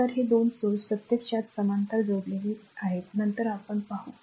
तर हे दोन स्त्रोत प्रत्यक्षात समांतर जोडलेले आहेत नंतर आपण पाहू